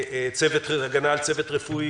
הגנה על צוות רפואי,